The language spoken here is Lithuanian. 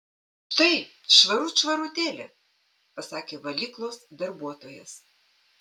štai švarut švarutėlė pasakė valyklos darbuotojas